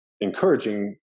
encouraging